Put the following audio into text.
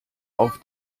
auf